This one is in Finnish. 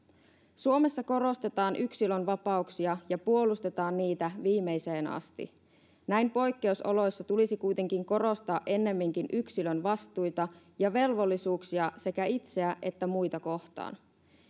suomessa korostetaan yksilönvapauksia ja puolustetaan niitä viimeiseen asti näin poikkeusoloissa tulisi kuitenkin korostaa ennemminkin yksilön vastuita ja velvollisuuksia sekä itseään että muita kohtaan